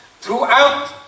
throughout